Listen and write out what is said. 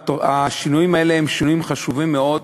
השינויים האלה הם שינויים חשובים מאוד,